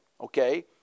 okay